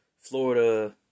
Florida